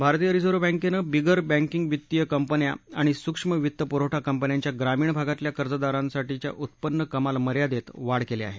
भारतीय रिझर्व्ह बँकेनं बिगर बँकिंग वित्तीय कंपन्या आणि सूक्ष्म वित्त पुरवठा कंपन्यांच्या ग्रामीण भागातल्या कर्जदारांसाठीच्या उत्पन्न कमाल मर्यादेत वाढ केली आहे